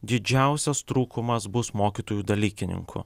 didžiausias trūkumas bus mokytojų dalykininkų